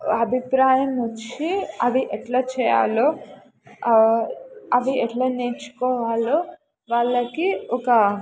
అభిప్రాయం వచ్చి అవి ఎట్లా చేయాలో అవి ఎట్లా నేర్చుకోవాలో వాళ్ళకి ఒక